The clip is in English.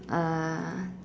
uh